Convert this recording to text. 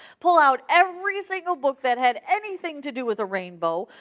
pull out every single book that had anything to do with a rainbow,